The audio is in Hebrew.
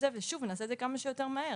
ושוב נעשה את זה כמה שיותר מהר.